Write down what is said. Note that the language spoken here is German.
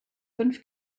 fünf